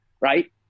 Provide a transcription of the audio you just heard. right